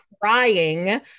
crying